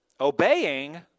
obeying